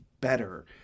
better